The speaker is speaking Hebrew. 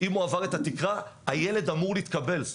אם הוא עבר את התקרה הילד אמור להתקבל.